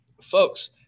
Folks